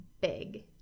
big